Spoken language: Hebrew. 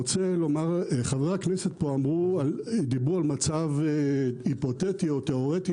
חברי כנסת פה דיברו על מצב היפותטי או תיאורטי